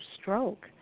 stroke